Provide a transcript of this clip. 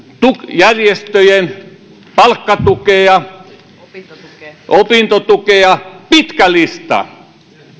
järjestöjen palkkatukea opintotukea pitkä lista